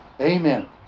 Amen